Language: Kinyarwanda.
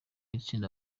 itsinda